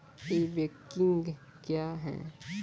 ई banking क्या हैं?